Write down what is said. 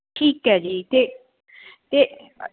ਠੀਕ ਹੈ ਜੀ ਅਤੇ ਅਤੇ